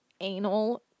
anal